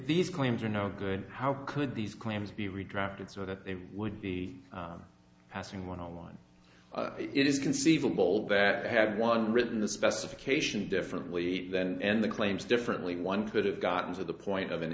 these claims are no good how could these claims be redrafted so that they would be passing when online it is conceivable that had one written the specifications differently and the claims differently one could have gotten to the point of an